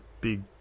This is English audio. big